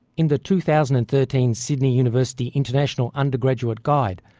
in the two thousand and thirteen sydney university international undergraduate guide,